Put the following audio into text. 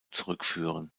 zurückführen